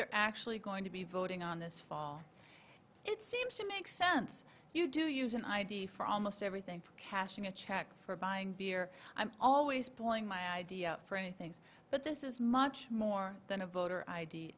they're actually going to be voting on this fall it seems to make sense you do use an id for almost everything from cashing a check for buying beer i'm always pulling my idea for a things but this is much more than a voter i